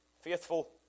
faithful